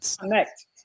connect